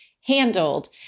handled